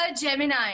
Gemini